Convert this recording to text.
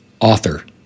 author